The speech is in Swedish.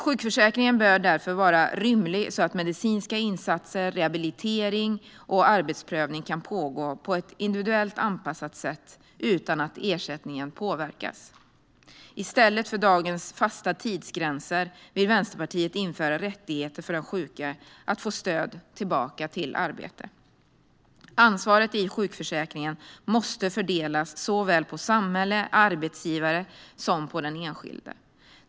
Sjukförsäkringen bör därför vara rymlig så att medicinska insatser, rehabilitering och arbetsprövning kan pågå på ett individuellt anpassat sätt utan att ersättningen påverkas. I stället för dagens fasta tidsgränser vill Vänsterpartiet införa rättigheter för den sjuke att få stöd på vägen tillbaka till arbete. Ansvaret i sjukförsäkringen måste fördelas mellan samhälle, arbetsgivare och den enskilde.